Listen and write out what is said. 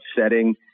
setting